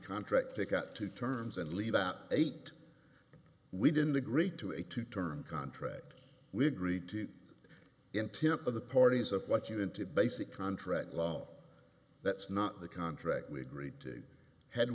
contract take out two terms and leave out eight we didn't agree to a two term contract we agreed to in tipper the parties of what you into basic contract law that's not the contract we agreed to had